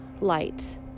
light